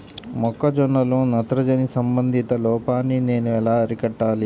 మొక్క జొన్నలో నత్రజని సంబంధిత లోపాన్ని నేను ఎలా అరికట్టాలి?